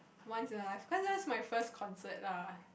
once in a life cause this one is my first concert lah